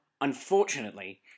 unfortunately